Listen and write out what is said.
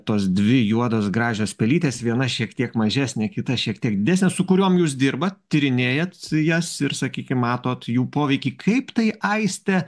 tos dvi juodos gražios pelytės viena šiek tiek mažesnė kita šiek tiek didesnė su kuriom jūs dirbat tyrinėjat jas ir sakykim matot jų poveikį kaip tai aiste